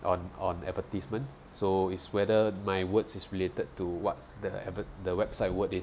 on on advertisement so is whether my words is related to what the adve~ the website word is